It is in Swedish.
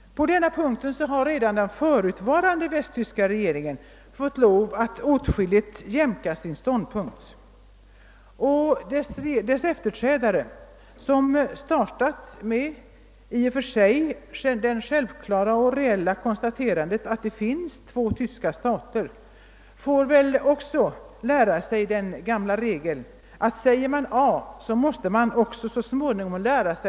På denna punkt har redan förra västtyska regeringen fått lov att åtskilligt jämka sin ståndpunkt. Den nya regeringen som startade med det i och för sig självklara och realistiska konstaterandet att det finns två tyska stater får väl också lära sig den gamla regeln att säger man A måste man också så småningom säga B.